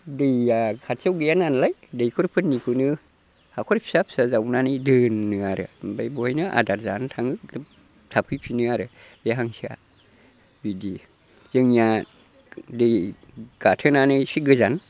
दैया खाथियाव गैयानालाय दैखरफोरनिखौनो हाखर फिसा फिसा जावनानै दोनो आरो ओमफाय बहायनो आदार जानो थाङो थाफै फिनो आरो बे हांसोआ बिदि जोंनिया दै गाथोनानो एसे गोजान